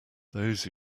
those